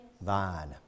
vine